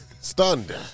Stunned